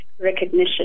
recognition